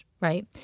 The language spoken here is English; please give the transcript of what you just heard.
right